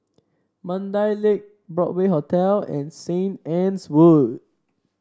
Mandai Lake Broadway Hotel and Saint Anne's Wood